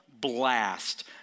blast